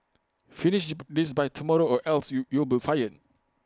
finish this by tomorrow or else you you will be fired